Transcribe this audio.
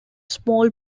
small